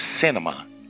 Cinema